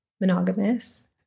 monogamous